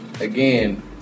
again